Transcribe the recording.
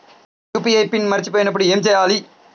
UPI PIN మరచిపోయినప్పుడు ఏమి చేయాలి?